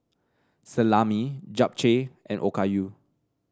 Salami Japchae and Okayu